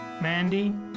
Mandy